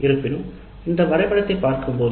இருப்பினும் இந்த வரைபடத்தைப் பார்க்கும்போது